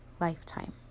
lifetime